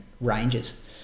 ranges